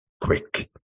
quick